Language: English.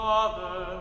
Father